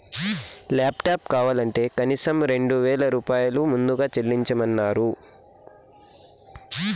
laptop కావాలంటే కనీసం రెండు వేల రూపాయలు ముందుగా చెల్లించమన్నరు